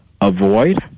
avoid